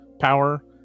power